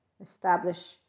establish